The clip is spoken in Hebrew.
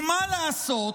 ומה לעשות,